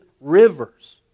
rivers